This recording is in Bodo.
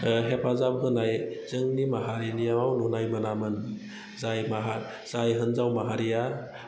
हेफाजाब होनाय जोंनि माहारिनियाव नुनाय मोनामोन जाय हिनजाव माहारिया